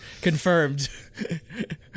Confirmed